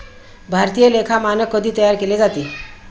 भारतीय लेखा मानक कधी तयार केले जाते?